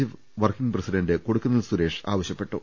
C working president Kodikunnil Suresh ആവ ശ്യപ്പെട്ടു